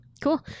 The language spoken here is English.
Cool